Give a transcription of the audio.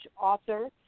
author